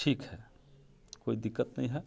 ठीक है कोइ दिक्कत नही है